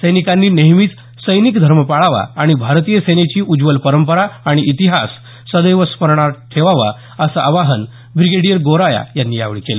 सैनिकांनी नेहमीच सैनिक धर्म पाळावा आणि भारतीय सेनेची उज्ज्वल परंपरा आणि इतिहास सदैव स्मरणात ठेवावा असं आवाहन ब्रिगेडियर गोराया यांनी यावेळी केलं